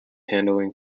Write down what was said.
handling